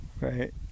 right